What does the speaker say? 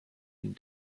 and